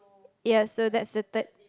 ya so that's the third